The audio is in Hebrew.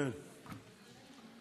(תיקון מס' 11),